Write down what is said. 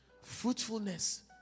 Fruitfulness